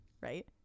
right